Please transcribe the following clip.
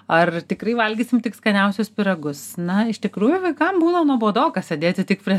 ar tikrai valgysim tik skaniausius pyragus na iš tikrųjų vaikam būna nuobodoka sėdėti tik prie